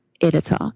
editor